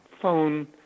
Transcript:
phone